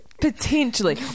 Potentially